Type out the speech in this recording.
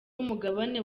umugabane